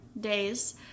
days